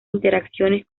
interacciones